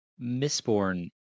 misborn